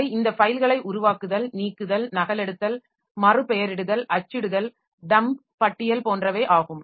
அவை இந்த ஃபைல்களை உருவாக்குதல் நீக்குதல் நகலெடுத்தல் மறுபெயரிடுதல் அச்சிடுதல் டம்ப் பட்டியல் போன்றவை ஆகும்